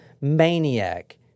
maniac